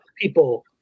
people